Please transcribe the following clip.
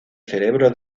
cerebro